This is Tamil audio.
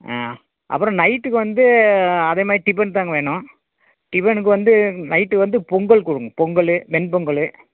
ஆ அப்புறம் நைட்டுக்கு வந்து அதே மாரி டிஃபன் தாங்க வேணும் டிஃபனுக்கு வந்து நைட்டு வந்து பொங்கல் கொடுங்க பொங்கல் வெண் பொங்கல்